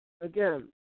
again